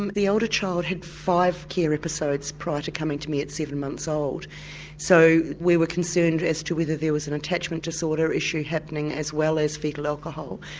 um the older child had five care episodes prior to coming to me at seven months old so we were concerned as to whether there was an attachment disorder issue happening as well as foetal alcohol.